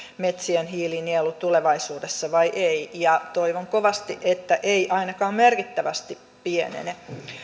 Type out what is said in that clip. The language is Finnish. metsien hiilinielu tulevaisuudessa vai ei ja toivon kovasti että ei ainakaan merkittävästi pienene